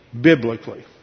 biblically